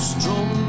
Strong